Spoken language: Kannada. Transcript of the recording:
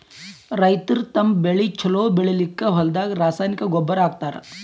ರೈತರ್ ತಮ್ಮ್ ಬೆಳಿ ಛಲೋ ಬೆಳಿಲಿಕ್ಕ್ ಹೊಲ್ದಾಗ ರಾಸಾಯನಿಕ್ ಗೊಬ್ಬರ್ ಹಾಕ್ತಾರ್